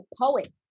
poet